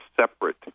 separate